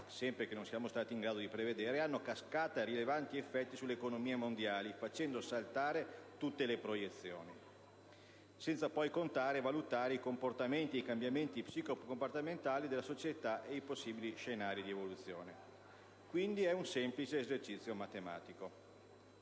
sempre che non siamo stati in grado di prevedere, hanno a cascata rilevanti effetti sulle economie mondiali, facendo saltare tutte le proiezioni. Senza poi contare e valutare i comportamenti ed i cambiamenti psico-comportamentali della società ed i possibili scenari di evoluzione. Quindi, è un semplice esercizio matematico.